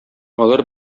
алар